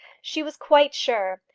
she was quite sure.